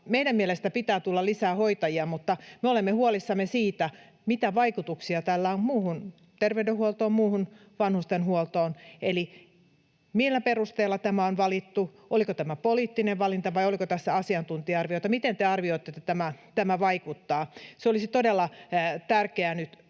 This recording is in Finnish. Meidän mielestämme pitää tulla lisää hoitajia, mutta me olemme huolissamme siitä, mitä vaikutuksia tällä on muuhun terveydenhuoltoon, muuhun vanhustenhuoltoon. Eli millä perusteella tämä on valittu? Oliko tämä poliittinen valinta, vai oliko tässä asiantuntija-arvioita? Miten te arvioitte, että tämä vaikuttaa? Se olisi todella tärkeää nyt